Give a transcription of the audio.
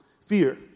fear